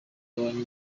kugabanya